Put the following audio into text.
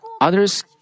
others